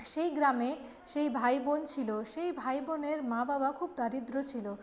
সেই গ্রামে সেই ভাই বোন ছিল সেই ভাই বোনের মা বাবা খুব দরিদ্র ছিল